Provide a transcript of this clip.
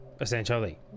Essentially